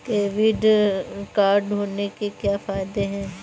Credit card होने के क्या फायदे हैं?